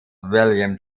william